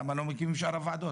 למה לא מקימים את שאר הוועדות?